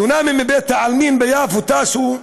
הדונמים מבית-העלמין ביפו, טאסו,